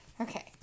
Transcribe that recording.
Okay